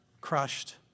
crushed